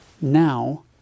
now